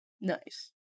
Nice